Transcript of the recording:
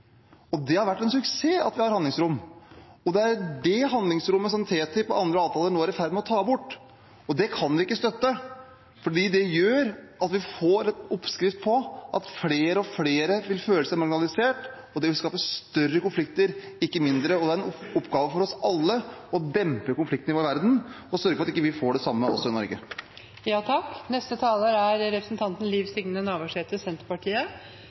Det har vært en suksess at vi har handlingsrom. Det er det handlingsrommet som TTIP og andre avtaler nå er i ferd med å ta bort. Det kan vi ikke støtte, for det er en oppskrift på at flere og flere vil føle seg marginalisert, og det vil skape større konflikter, ikke mindre. Det er en oppgave for oss alle å dempe konfliktnivået i verden og sørge for at vi ikke får det samme også i